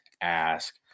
ask